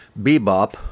Bebop